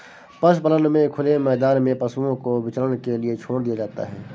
पशुपालन में खुले मैदान में पशुओं को विचरण के लिए छोड़ दिया जाता है